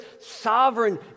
sovereign